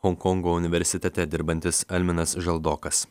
honkongo universitete dirbantis alminas žaldokas